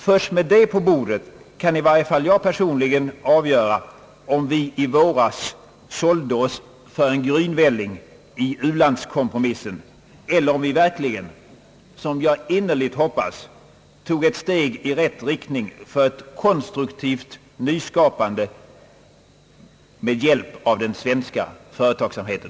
Först med det på bordet kan i varje fall jag personligen avgöra om vi i våras sålde oss för en grynvälling i u-landskompromis sen eller om vi verkligen — som jag innerligt hoppas — tog ett steg i rätt riktning för ett konstruktivt nyskapande i u-länderna med hjälp av den svenska företagsamheten.